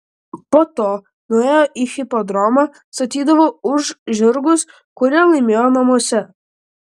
po to nuėję į hipodromą statydavo už žirgus kurie laimėjo namuose